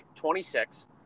26